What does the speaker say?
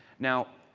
now,